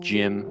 Jim